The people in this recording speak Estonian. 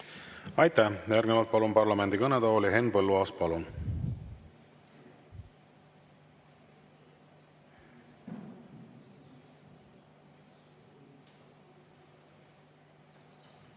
Aitäh! Järgnevalt palun parlamendi kõnetooli Henn Põlluaasa.